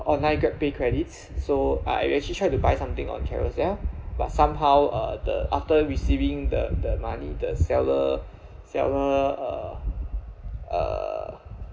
online Grab pay credits so I I actually tried to buy something on carousell but somehow uh the after receiving the the money the seller seller uh uh